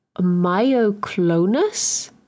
myoclonus